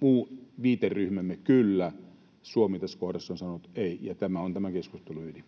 muu viiteryhmämme on vastannut ”kyllä”, ja Suomi tässä kohdassa on sanonut ”ei”. Tämä on tämän keskustelun ydin.